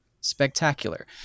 Spectacular